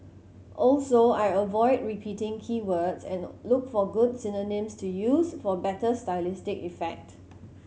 also I avoid repeating key words and look for good synonyms to use for better stylistic effect